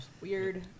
Weird